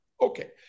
Okay